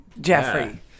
Jeffrey